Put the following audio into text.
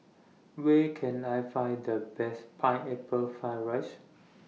Where Can I Find The Best Pineapple Fried Rice